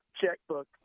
checkbook